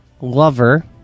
lover